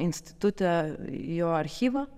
institute jo archyvą